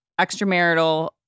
extramarital